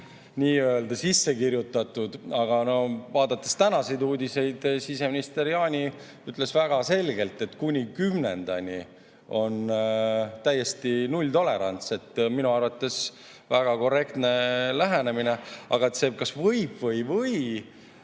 nii-öelda sisse kirjutatud. Aga tänastes uudistes siseminister Jaani ütles väga selgelt, et kuni 10. maini on täiesti nulltolerants. Minu arvates väga korrektne lähenemine. Aga see, kas võib või ei